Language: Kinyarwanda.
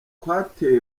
kwatewe